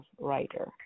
writer